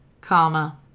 comma